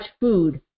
food